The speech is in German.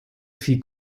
viel